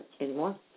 anymore